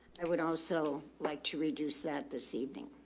i would also like to reduce that this evening